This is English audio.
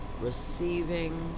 receiving